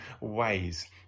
ways